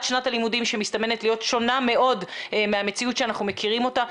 שנת הלימודים שמסתמנת להיות שונה מאוד מהמציאות שאנחנו מכירים אותה.